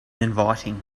inviting